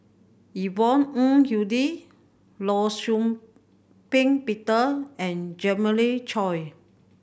Yvonne Ng Uhde Law Shau Ping Peter and Jeremiah Choy